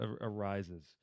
arises